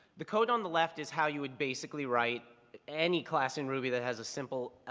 the code on the left is how you would basically write any class in ruby that has a simple